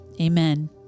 Amen